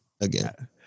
again